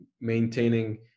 maintaining